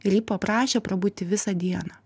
ir ji paprašė prabūti visą dieną